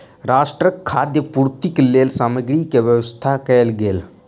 राष्ट्रक खाद्य पूर्तिक लेल सामग्री के व्यवस्था कयल गेल